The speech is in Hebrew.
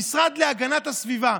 המשרד להגנת הסביבה,